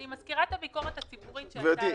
אני מזכירה את הביקורת הציבורית שהיתה.